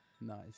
nice